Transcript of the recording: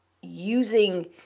using